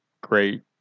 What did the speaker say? great